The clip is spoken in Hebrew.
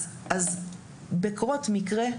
אז בקרות מקרה,